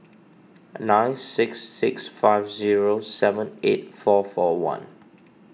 nine six six five zero seven eight four four one